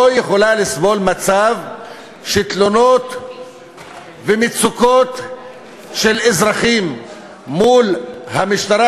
לא יכולים לסבול מצב שתלונות ומצוקות של אזרחים מול המשטרה,